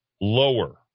lower